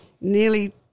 nearly